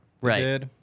right